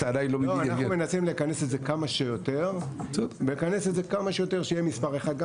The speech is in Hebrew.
אנחנו מנסים לכנס את זה כמה שיותר שיהיה המספר אחד.